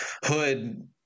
Hood